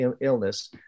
illness